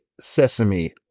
sesame